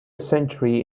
century